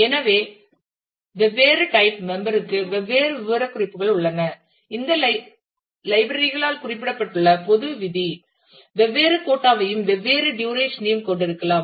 எனவே வெவ்வேறு type member க்கு வெவ்வேறு விவரக்குறிப்புகள் உள்ளன இந்த லைப்ரரி களால் குறிப்பிடப்பட்டுள்ள பொது விதி வெவ்வேறு கோட்டா யும் வெவ்வேறு டுரேஷன் யும் கொண்டிருக்கலாம்